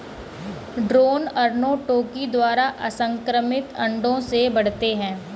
drone अर्नोटोकी द्वारा असंक्रमित अंडों से बढ़ते हैं